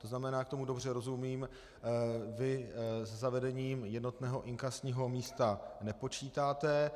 To znamená, jak tomu dobře rozumím, vy se zavedením jednotného inkasního místa nepočítáte.